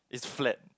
it's flat